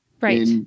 right